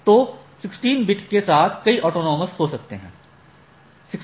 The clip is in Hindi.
तो 16 बिट के साथ कई ऑटोनॉमस हो सकते हैं